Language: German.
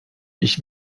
ich